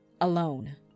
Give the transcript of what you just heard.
alone